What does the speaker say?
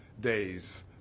days